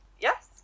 Yes